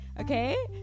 Okay